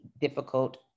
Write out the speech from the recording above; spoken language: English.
difficult